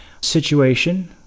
situation